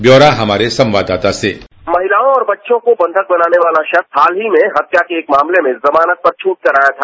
ब्यौरा हमारे संवाददाता से महिलाओं और बच्चों को बंधक बनाने वाला शख्स हाल ही में हत्या को एक मामले जमानत पर छूटकर आया था